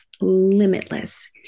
limitless